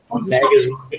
Magazine